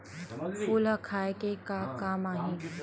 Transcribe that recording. फूल ह खाये के काम आही?